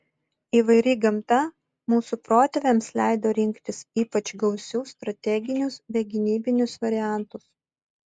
įvairi gamta mūsų protėviams leido rinktis ypač gausius strateginius bei gynybinius variantus